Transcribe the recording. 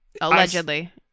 Allegedly